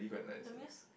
Dominos